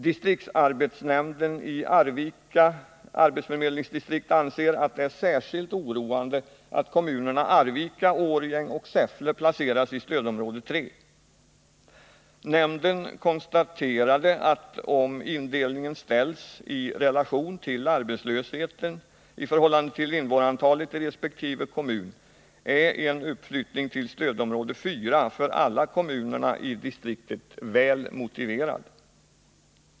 Distriktsarbetsnämnden i Arvika arbetsförmedlings distrikt anser att det är särskilt oroande att kommunerna Arvika, Årjäng och Säffle placeras i stödområde 3. Nämnden konstaterar att om indelningen ställs i relation till arbetslösheten i förhållande till invånarantalet i resp. kommun är en uppflyttning till stödområde 4 för alla kommunerna i distriktet väl motiverad.